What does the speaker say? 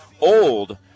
Old